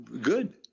good